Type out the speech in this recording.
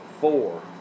four